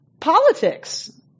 politics